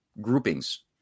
groupings